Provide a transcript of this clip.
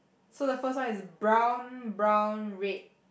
so the first one is brown brown red